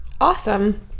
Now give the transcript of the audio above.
Awesome